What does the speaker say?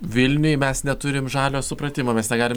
vilniuj mes neturim žalio supratimo mes negalim